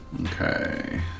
Okay